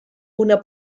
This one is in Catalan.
una